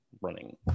running